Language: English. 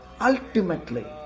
ultimately